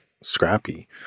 scrappy